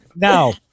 Now